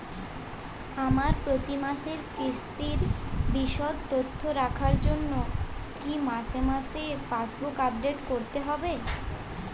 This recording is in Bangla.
আমার প্রতি মাসের কিস্তির বিশদ তথ্য রাখার জন্য কি মাসে মাসে পাসবুক আপডেট করতে হবে?